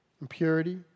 impurity